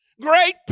great